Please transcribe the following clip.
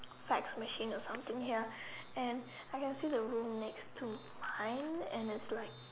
fax machine or something here and I can see the room next to mine and it's like